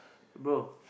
bro